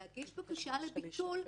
להגיש בקשה לביטול,